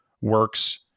works